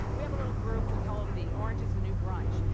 we have a little group, we call em the orange is the new brunch,